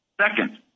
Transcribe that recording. Second